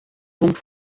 punkt